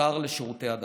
השר לשירותי הדת.